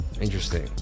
Interesting